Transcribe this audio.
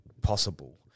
possible